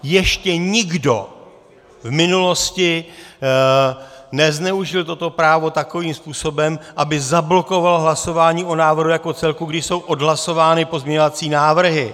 Ještě nikdo v minulosti nezneužil toto právo takovým způsobem, aby zablokoval hlasování o návrhu jako celku, když jsou odhlasovány pozměňovací návrhy.